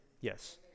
Yes